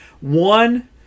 One